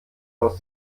aus